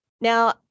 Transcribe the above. Now